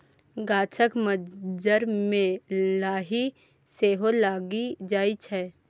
गाछक मज्जर मे लाही सेहो लागि जाइ छै